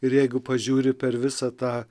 ir jeigu pažiūri per visą tą